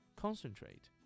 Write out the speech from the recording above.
concentrate